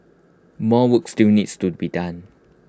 more work still needs to be done